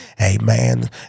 amen